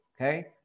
Okay